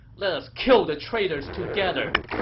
let us kill the traitors together!